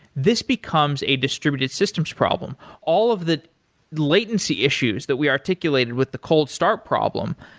this becomes a distributed systems problem. all of the latency issues that we articulated with the cold start problem,